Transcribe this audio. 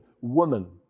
woman